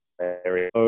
area